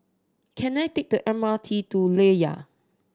can I take the M R T to Layar